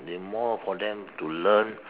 they more for them to learn